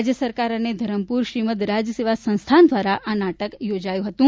રાજય સરકાર અને ધરમપુર શ્રીમદ રાજ સેવા સંસ્થાન દ્વારા આ નાટક યોજાયું હતું